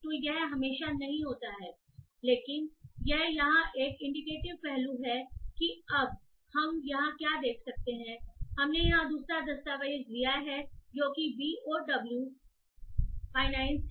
तो यह हमेशा नहीं होता है लेकिन यह यहाँ एक इंडिकेटिव पहलू है कि अब हम यहाँ क्या देख सकते हैं हमने यहां दूसरा दस्तावेज़ लिया है जो कि ब ओ डब्लू फाइनेंस है